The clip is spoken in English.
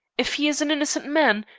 if he is an innocent man,